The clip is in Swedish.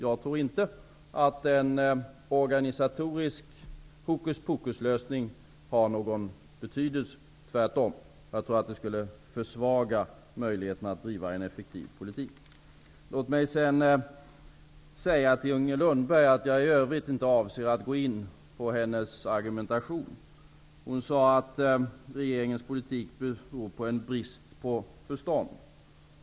Jag tror inte att en organisatorisk hokus pokus-lösning har någon betydelse. Tvärtom tror jag att den skulle försvaga möjligheten att driva en effektiv politik. Låt mig till Inger Lundberg säga att jag i övrigt inte avser att gå in på hennes argumentation. Hon sade att regeringens politik beror på bristande förstånd.